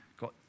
got